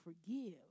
forgive